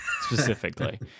specifically